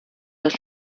das